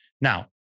Now